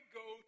go